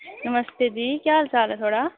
नमस्ते जी केह् हाल चाल ऐ थुआढ़ा